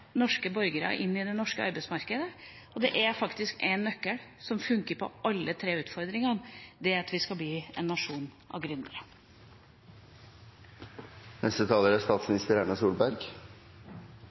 norske borgere inn i det norske arbeidsmarkedet. Det er faktisk én nøkkel som funker på alle tre utfordringene, og det er at vi skal bli en nasjon av